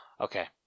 Okay